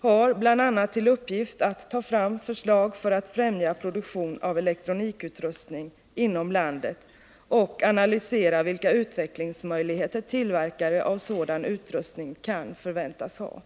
har bl.a. till uppgift att ta fram förslag för att främja produktion av elektronikutrustning inom landet och analysera vilka utvecklingsmöjligheter tillverkare av sådan utrustning kan förväntas ha.